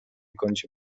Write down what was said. kącie